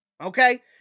Okay